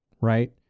right